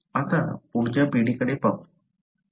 आता पुढच्या पिढीकडे पाहू